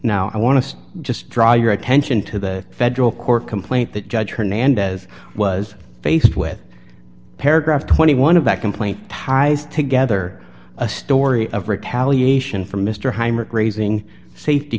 now i want to just draw your attention to the federal court complaint that judge hernandez was faced with paragraph twenty one dollars of that complaint ties together a story of retaliation for mr heinrich raising safety